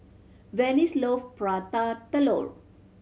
Venice love Prata Telur